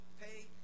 Pay